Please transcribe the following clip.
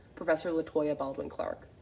professor la toya baldwin clark.